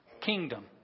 kingdom